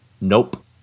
nope